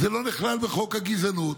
זה לא נכלל בחוק הגזענות.